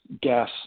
gas